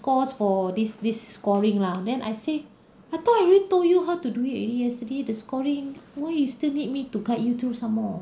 scores for this this scoring lah then I said I thought I already told you how to do it already yesterday the scoring why you still need me to guide you do some more